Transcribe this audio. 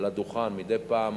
מדי פעם